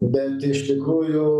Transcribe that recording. bet iš tikrųjų